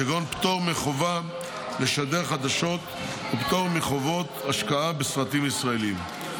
כגון פטור מחובה לשדר חדשות ופטור מחובות השקעה בסרטים ישראליים.